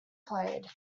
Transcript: played